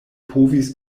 povis